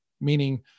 meaning